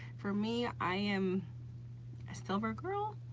for me, i am a silver girl,